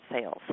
sales